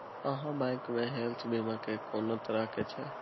आहाँ बैंक मे हेल्थ बीमा के कोन तरह के छै?